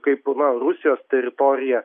kaip rusijos teritoriją